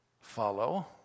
follow